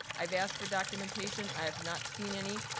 i've asked for documentation, i have not seen any.